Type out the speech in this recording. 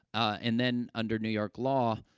and then, under new york law, ah,